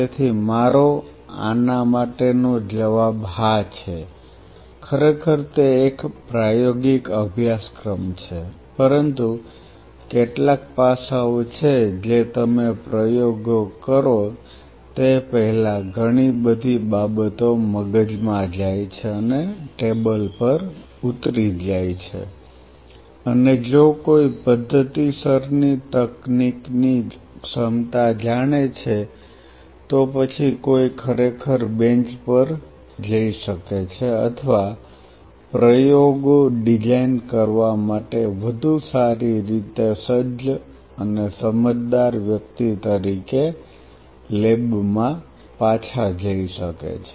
તેથી મારો આના માટે નો જવાબ હા છે ખરેખર તે એક પ્રાયોગિક અભ્યાસક્રમ છે પરંતુ કેટલાક પાસાઓ છે જે તમે પ્રયોગો કરો તે પહેલાં ઘણી બધી બાબતો મગજમાં જાય છે અને ટેબલ પર ઉતરી જાય છે અને જો કોઈ પદ્ધતિસરની તકનીકની ક્ષમતા જાણે છે તો પછી કોઈ ખરેખર બેન્ચ પર જઈ શકે છે અથવા પ્રયોગો ડિઝાઇન કરવા માટે વધુ સારી રીતે સજ્જ અને સમજદાર વ્યક્તિ તરીકે લેબમાં પાછા જઈ શકે છે